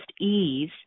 ease